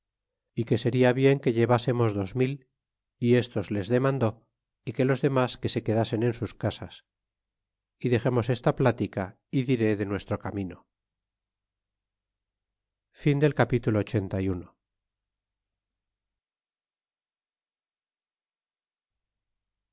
é que seria bien que llevásemos dos mil y estos les demandé y que los demas que se quedasen en sus casas e dexemos esta plática y diré de nuestro camino capitulo